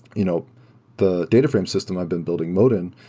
you know the data from system i've been building, modin.